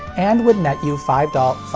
and would net you five dollars,